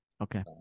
Okay